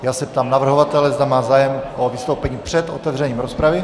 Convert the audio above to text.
Já se ptám navrhovatele, zda má zájem o vystoupení před otevřením rozpravy.